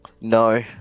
No